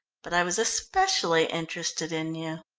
but i was especially interested in you